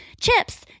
Chips